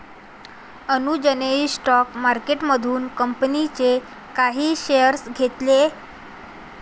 अनुजने स्टॉक मार्केटमधून कंपनीचे काही शेअर्स घेतले